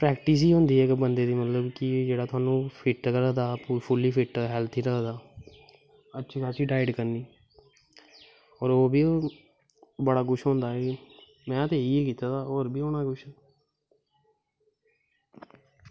practice ई होंदी ऐ बंदे दी मतलव की जेह्ड़ा थोआनू फिट्ट रखदा फुली फिट्ट हैल्थी रखदा अच्छी खास्सी डाईट करनी और होर बी बड़ा कुश होंदा में ते इयै कीते दा होर बी होना कुश